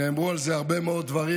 נאמרו על זה הרבה מאוד דברים,